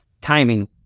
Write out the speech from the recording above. timing